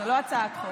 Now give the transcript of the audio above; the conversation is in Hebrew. זה לא הצעת חוק.